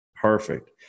Perfect